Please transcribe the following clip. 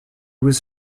was